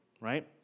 right